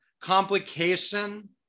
complication